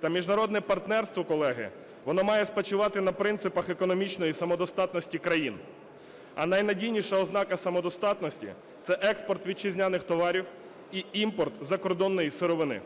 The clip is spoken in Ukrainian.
Та міжнародне партнерство, колеги, воно має спочивати на принципах економічної самодостатності країн, а найнадійніша ознака самодостатності – це експорт вітчизняних товарів і імпорт закордонної сировини.